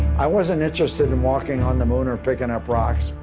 i wasn't interested in walking on the moon or picking up rocks,